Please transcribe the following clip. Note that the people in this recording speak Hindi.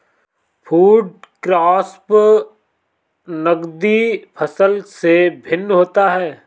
फूड क्रॉप्स नगदी फसल से भिन्न होता है